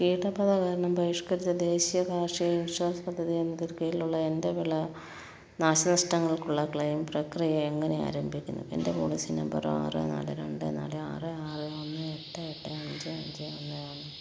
കീടബാധ കാരണം പരിഷ്കരിച്ച ദേശീയ കാർഷിക ഇൻഷുറൻസ് പദ്ധതി എന്നതിന് കീഴിലുള്ള എൻ്റെ വിള നാശനഷ്ടങ്ങൾക്കുള്ള ക്ലെയിം പ്രക്രിയ എങ്ങനെ ആരംഭിക്കുന്നു എൻ്റെ പോളിസി നമ്പർ ആറ് നാല് രണ്ട് നാല് ആറ് ആറ് ഒന്ന് എട്ട് എട്ട് അഞ്ച് അഞ്ച് ഒന്ന് ആണ്